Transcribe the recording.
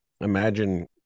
imagine